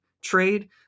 trade